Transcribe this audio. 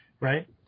right